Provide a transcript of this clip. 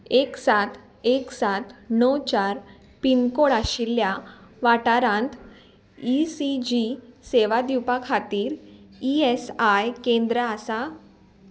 एक सात एक सात णव चार पिनकोड आशिल्ल्या वाठारांत ई सी जी सेवा दिवपा खातीर ई एस आय केंद्रां आसा